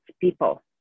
people